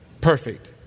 perfect